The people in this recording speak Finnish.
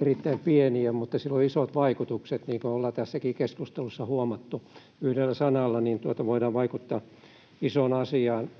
erittäin pieni, mutta sillä on isot vaikutukset, niin kuin ollaan tässäkin keskustelussa huomattu. Yhdellä sanalla voidaan vaikuttaa isoon asiaan.